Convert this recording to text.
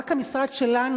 רק המשרד שלנו,